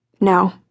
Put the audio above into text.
No